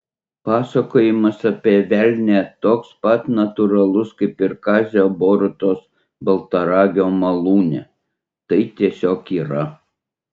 pasakojimas apie velnią toks pat natūralus kaip ir kazio borutos baltaragio malūne tai tiesiog yra